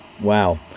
Wow